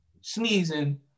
sneezing